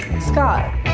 Scott